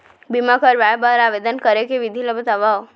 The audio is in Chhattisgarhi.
बीमा करवाय बर आवेदन करे के विधि ल बतावव?